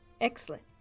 Excellent